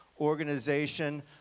organization